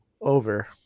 over